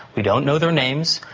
we don't know their names,